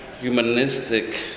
humanistic